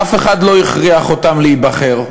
אף אחד לא הכריח אותם להיבחר.